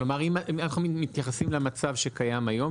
כלומר אם אנחנו מתייחסים למצב שקיים היום,